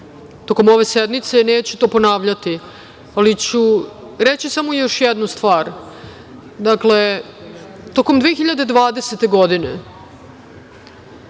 tokom ove sednice, neću to ponavljati, ali ću reći samo još jednu stvar, dakle, tokom 2020. godine